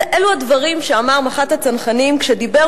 אלו הדברים שאמר מח"ט הצנחנים כשדיבר